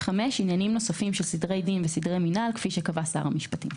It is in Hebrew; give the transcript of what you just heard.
(5)עניינים נוספים של סדרי דין וסדרי מינהל כפי שקבע שר המשפטים.